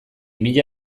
mila